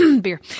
beer